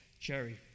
Jerry